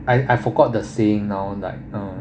I I forgot the saying now like uh